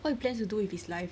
what he plans to do with his life